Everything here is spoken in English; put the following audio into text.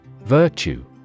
Virtue